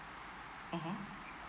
mmhmm